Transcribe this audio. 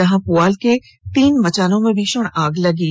जहां पुआल के तीन मचानों में भीषण आग लग गई